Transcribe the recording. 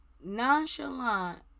nonchalant